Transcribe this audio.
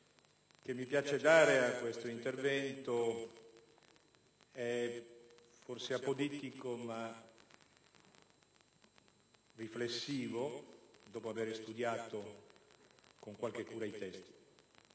che mi piace dare a questo intervento è forse apodittico, ma, dopo aver studiato con qualche cura i testi,